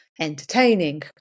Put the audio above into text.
entertaining